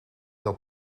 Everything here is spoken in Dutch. dat